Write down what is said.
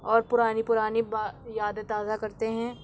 اور پرانی پرانی با یادیں تازہ کرتے ہیں